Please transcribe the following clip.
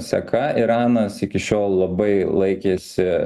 seka iranas iki šiol labai laikėsi